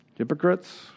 hypocrites